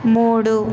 మూడు